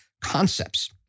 concepts